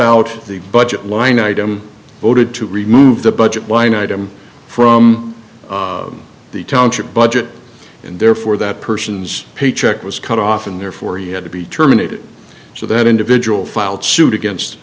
out the budget line item voted to remove the budget wine item from the township budget and therefore that person's paycheck was cut off and therefore he had to be terminated so that individual filed suit against